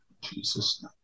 Jesus